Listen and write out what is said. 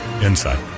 Inside